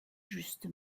juste